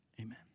Amen